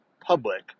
public